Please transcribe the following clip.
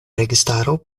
registaro